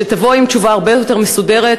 שתבוא עם תשובה הרבה יותר מסודרת,